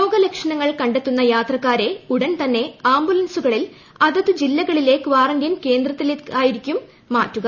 രോഗ ലക്ഷണങ്ങൾകങ്ങെത്തുന്ന യാത്രക്കാരെ ഉടൻ തന്നെ ആംബുലൻസുകളിൽ ്അതതു ജില്ലകളിലെ കാറന്റൈൻ കേന്ദ്രത്തിലേക്കായിരീക്കും മാറ്റുക